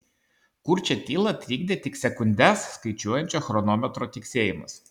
kurčią tylą trikdė tik sekundes skaičiuojančio chronometro tiksėjimas